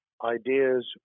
ideas